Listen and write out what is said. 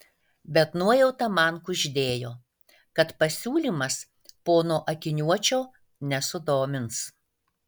bet nuojauta man kuždėjo kad pasiūlymas pono akiniuočio nesudomins